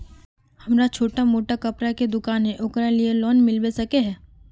हमरा छोटो मोटा कपड़ा के दुकान है ओकरा लिए लोन मिलबे सके है?